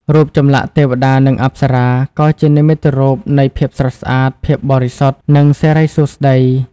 រូបចម្លាក់ទេវតា និងអប្សរា ក៏ជានិមិត្តរូបនៃភាពស្រស់ស្អាត ភាពបរិសុទ្ធ និងសិរីសួស្តី។